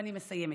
ואני מסיימת.